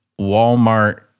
Walmart